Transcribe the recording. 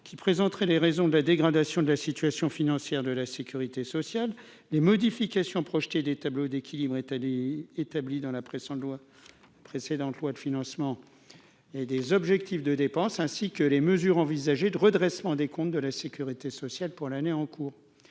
qui présenterait les raisons de la dégradation de la situation financière de la sécurité sociale, les modifications projetées des tableaux d'équilibre Italie établi dans la pression de lois précédentes lois de financement et des objectifs de dépenses, ainsi que les mesures envisagées de redressement des comptes de la Sécurité sociale pour l'année en cours